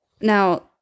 now